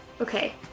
Okay